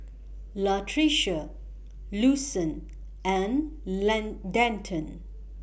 Latricia Lucien and Denton